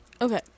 Okay